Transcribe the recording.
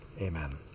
Amen